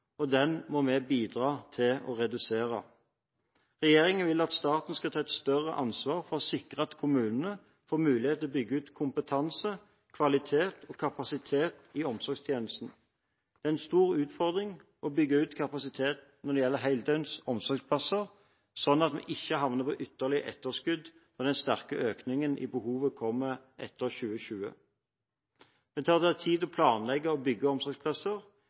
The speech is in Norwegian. alderdommen. Den utryggheten må vi bidra til å redusere. Regjeringen vil at staten skal ta et større ansvar for å sikre at kommunene får mulighet til å bygge ut kompetanse, kvalitet og kapasitet i omsorgstjenesten. Det er en stor utfordring å bygge ut kapasiteten når det gjelder heldøgns omsorgsplasser, slik at vi ikke havner ytterligere på etterskudd når den sterke økningen i behovet kommer etter 2020. Det tar tid å planlegge og bygge omsorgsplasser.